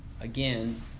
again